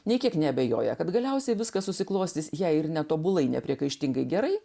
nė kiek neabejoja kad galiausiai viskas susiklostys jei ir netobulai nepriekaištingai gerai